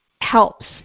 helps